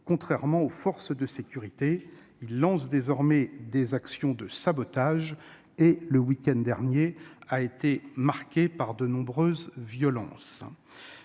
contrairement aux forces de sécurité. Ils lancent désormais des actions de sabotage. Le week-end dernier a ainsi été marqué par de nombreuses violences.